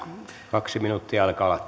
kaksi minuuttia alkaa